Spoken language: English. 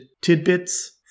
tidbits